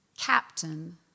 captain